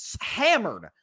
hammered